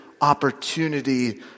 opportunity